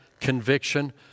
conviction